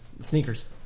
Sneakers